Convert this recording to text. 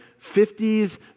50s